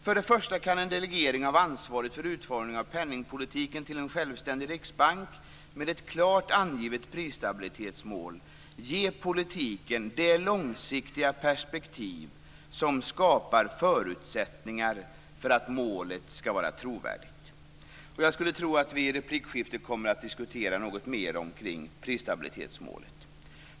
För det första kan en delegering av ansvaret för utformning av penningpolitiken till en självständig riksbank med ett klart angivet prisstabilitetsmål ge politiken det långsiktiga perspektiv som skapar förutsättningar för att målet skall vara trovärdigt. Jag tror att vi i replikskiftet kommer att diskutera något mer kring prisstabilitetsmålet.